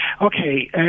Okay